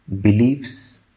beliefs